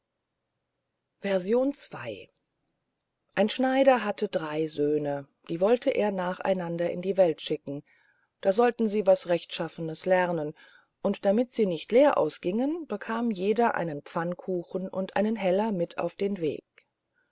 ii ein schneider hatte drei söhne die wollt er nach einander in die welt schicken da sollten sie was rechtschaffenes lernen und damit sie nicht leer ausgingen bekam jeder einen pfannkuchen und einen heller mit auf den weg